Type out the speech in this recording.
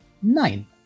nein